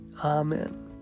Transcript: Amen